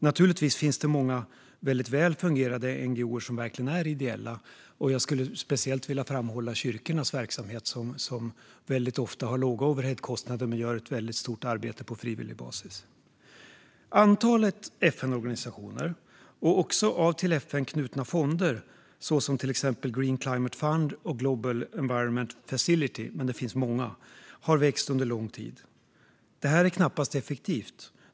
Naturligtvis finns det många väldigt väl fungerande NGO:er som verkligen är ideella. Jag skulle särskilt vilja framhålla kyrkornas verksamhet, som väldigt ofta har låga overheadkostnader men gör ett väldigt stort arbete på frivillig basis. Antalet FN-organisationer och även till FN knutna fonder såsom Green Climate Fund och Global Environment Facility - det finns många - har växt under lång tid. Det här är knappast effektivt.